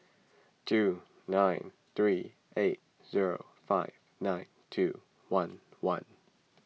two nine three eight zero five nine two one one